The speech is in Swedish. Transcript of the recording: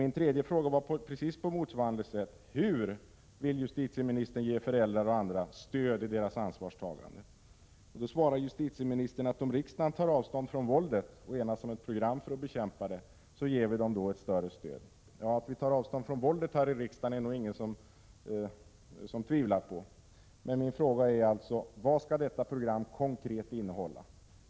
Min tredje fråga löd på motsvarande sätt: Hur vill justitieministern ge föräldrar och andra stöd i deras ansvarstagande? Då svarar justitieministern att om riksdagen tar avstånd från våldet och enas om ett program för att — Prot. 1986/87:33 bekämpa det, så ger vi dem ett starkare stöd. Ja, att vi här i riksdagen tar 21 november 1986 avstånd från våldet är det nog ingen som tvivlar på. Men min fråga är alltså: = Zag Vad skall detta program konkret innehålla?